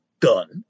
done